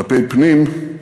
כלפי פנים,